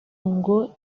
ngo